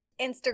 Instagram